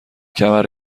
کمر